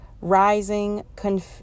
rising